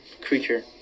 creature